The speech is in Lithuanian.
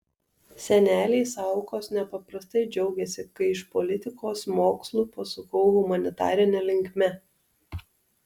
seneliai saukos nepaprastai džiaugėsi kai iš politikos mokslų pasukau humanitarine linkme